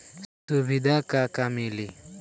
सुविधा का का मिली?